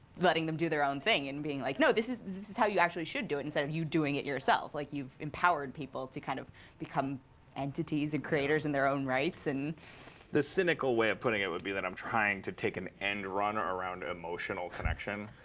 letting them do their own thing. and being like, no, this is this is how you actually should do it, instead of you doing it yourself. like, you've empowered people to kind of become entities and creators in their own rights. and dan harmon the cynical way of putting it would be that i'm trying to take an end-run ah around emotional connection,